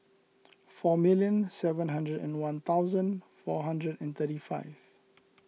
four million seven hundred and one thousand four hundred and thirty five